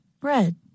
Bread